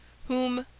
whom,